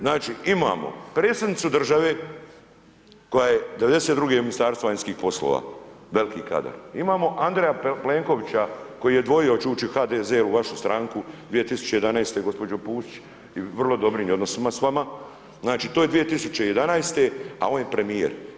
Znači, imamo predstavnicu države koja je '92. u Ministarstvu vanjskih poslova veliki kadar, imamo Andreja Plenkovića koji je dvojio hoće ući u HDZ, u vašu stranku 2011.-te gospođo Pusić, i u vrlo dobrim je odnosima s vama, znači to je 2011., a on je premijer.